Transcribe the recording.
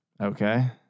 Okay